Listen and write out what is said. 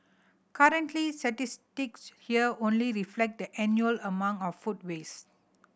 currently statistics here only reflect the annual amount of food waste